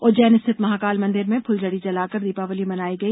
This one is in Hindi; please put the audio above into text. उज्जैन स्थित महाकाल मंदिर में फुलझड़ी जलाकर दीपावली मनाई गई